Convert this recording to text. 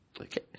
Okay